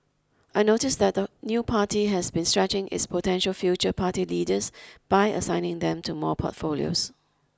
I noticed that the new party has been stretching its potential future party leaders by assigning them to more portfolios